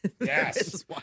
Yes